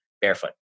barefoot